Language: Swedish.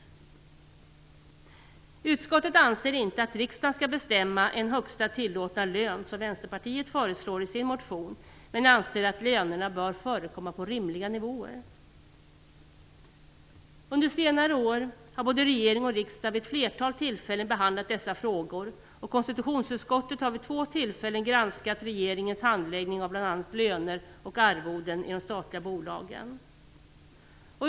Utskottet anser inte att riksdagen skall bestämma en högsta tillåtna lön, som Vänsterpartiet föreslår i sin motion. Men utskottet anser att lönerna skall ligga på rimliga nivåer. Under senare år har både regering och riksdag vid ett flertal tillfällen behandlat dessa frågor, och konstitutionsutskottet har vid två tillfällen granskat regeringens handläggning av bl.a. löner och arvoden i de statliga bolagen.